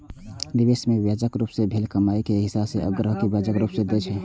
निवेश सं ब्याजक रूप मे भेल कमाइ के एक हिस्सा ओ ग्राहक कें ब्याजक रूप मे दए छै